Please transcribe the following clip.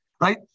right